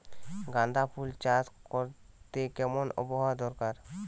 গাঁদাফুল চাষ করতে কেমন আবহাওয়া দরকার?